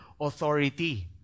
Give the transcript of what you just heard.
authority